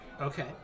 Okay